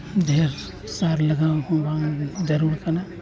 ᱰᱷᱮᱹᱨ ᱥᱟᱨ ᱞᱟᱜᱟᱣ ᱦᱚᱸ ᱵᱟᱝ ᱡᱟᱹᱨᱩᱲ ᱠᱟᱱᱟ